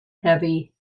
heavy